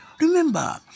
Remember